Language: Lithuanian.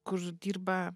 kur dirba